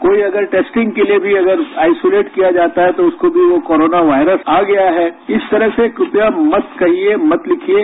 कोई अगर टेस्टिंग के लिए भी आइसोलेट किया जाता है तो उसको भी वो कोरोना वायरस आ गया है इस तरह से कृपया मत कहिए मत लिखिये